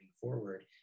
forward